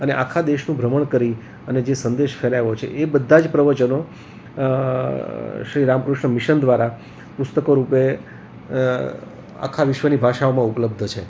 અને આખા દેશનું ભ્રમણ કરી અને જે સંદેશ ફેલાવ્યો છે એ બધાં જ પ્રવચનો શ્રી રામકૃષ્ણ મિશન દ્વારા પુસ્તકો રૂપે આખાં વિશ્વની ભાષાઓમાં ઉપલબ્ધ છે